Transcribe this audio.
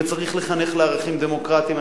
וצריך לחנך לערכים דמוקרטיים.